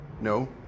No